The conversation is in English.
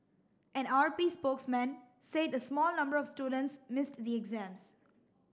an R P spokesman said a small number of students missed the exams